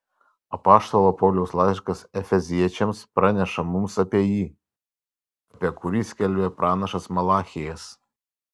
apaštalo pauliaus laiškas efeziečiams praneša mums apie jį apie kurį skelbė pranašas malachijas